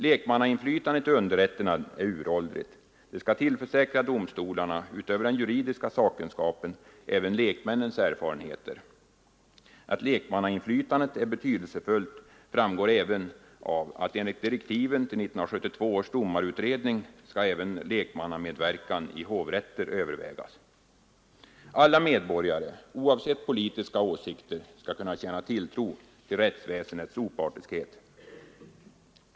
Lekmannainflytandet i underrätterna är uråldrigt. Det skall tillförsäkra domstolarna lekmännens erfarenheter utöver den juridiska sakkunskapen. Att lekmannainflytandet är betydelsefullt framgår av att, enligt direktiven till 1972 års domarutredning, lekmannamedverkan även i hovrätter skall övervägas. Alla medborgare — oavsett politiska åsikter — skall kunna känna tilltro till rättsväsendets opartiskhet.